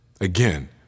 Again